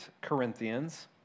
Corinthians